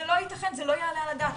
זה לא יתכן, זה לא יעלה על הדעת.